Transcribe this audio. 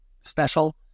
special